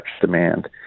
demand